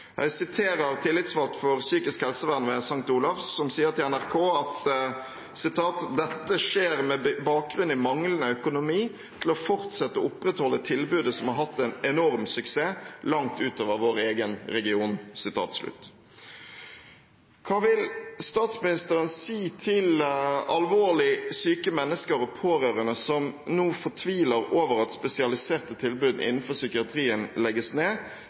Jeg siterer tillitsvalgt for psykisk helsevern ved St. Olavs hospital, som sier til NRK: «Dette skjer med bakgrunn i manglende økonomi til å fortsette å opprettholde tilbudet som har hatt en enorm suksess, langt utover vår egen region.» Hva vil statsministeren si til alvorlig syke mennesker og pårørende som nå fortviler over at spesialiserte tilbud innenfor psykiatrien legges ned,